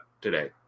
today